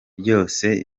ryose